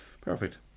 perfect